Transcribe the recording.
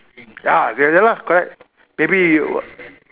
ah ya lah correct maybe you